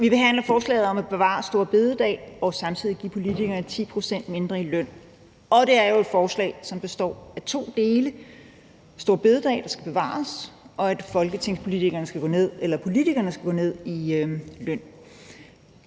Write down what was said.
Vi behandler forslaget om at bevare store bededag og samtidig give politikerne 10 pct. mindre i løn, og det er jo et forslag, som består af to dele: at store bededag skal bevares, og at politikerne skal gå ned i løn.